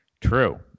true